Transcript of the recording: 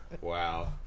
Wow